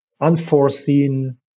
unforeseen